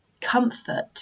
comfort